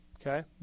okay